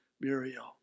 Muriel